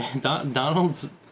Donald's